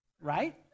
Right